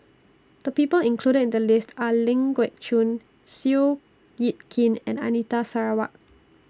The People included in The list Are Ling Geok Choon Seow Yit Kin and Anita Sarawak